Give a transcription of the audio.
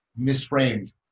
misframed